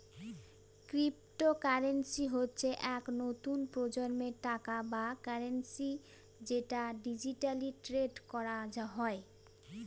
cryptocurrency হচ্ছে এক নতুন প্রজন্মের টাকা বা কারেন্সি যেটা ডিজিটালি ট্রেড করা হয়